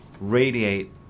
radiate